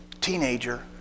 teenager